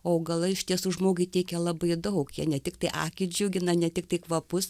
o augalai iš tiesų žmogui teikia labai daug jie ne tiktai akį džiugina ne tiktai kvapus